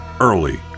early